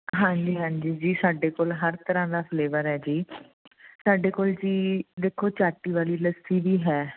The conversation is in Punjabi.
ਹਾਂਜੀ ਹਾਂਜੀ ਜੀ ਸਾਡੇ ਕੋਲ ਹਰ ਤਰ੍ਹਾਂ ਦਾ ਫਲੇਵਰ ਹੈ ਜੀ ਸਾਡੇ ਕੋਲ ਜੀ ਦੇਖੋ ਚਾਟੀ ਵਾਲੀ ਲੱਸੀ ਵੀ ਹੈ